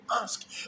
ask